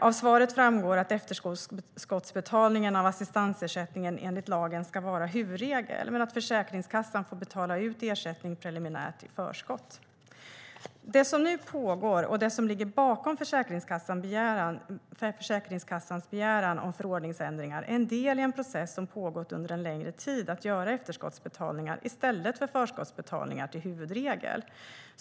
Av svaret framgår att efterskottsbetalning av assistansersättningen enligt lagen ska vara huvudregel men att Försäkringskassan får betala ut ersättning preliminärt i förskott. Det som nu pågår och det som ligger bakom Försäkringskassans begäran om förordningsändringar är en del i en process som pågått under en längre tid att göra efterskottsbetalningar i stället för förskottsbetalningar till huvudregel.